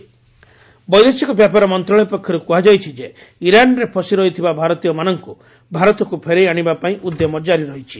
MEA corona virus ବୈଦେଶିକ ବ୍ୟାପାର ମନ୍ତ୍ରଣାଳୟ ପକ୍ଷରୁ କୁହାଯାଇଛି ଯେ ଇରାନ୍ରେ ଫଶି ରହିଥିବା ଭାରତୀୟମାନଙ୍କୁ ଭାରତକୁ ଫେରାଇ ଆଶିବା ପାଇଁ ଉଦ୍ୟମ ଜାରି ରହିଛି